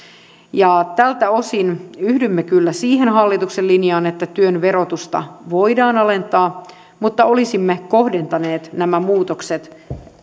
tältä osin yhdymme kyllä siihen hallituksen linjaan että työn verotusta voidaan alentaa mutta olisimme kohdentaneet nämä muutokset